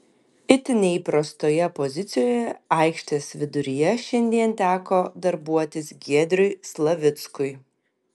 itin neįprastoje pozicijoje aikštės viduryje šiandien teko darbuotis giedriui slavickui